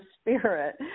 spirit